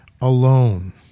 alone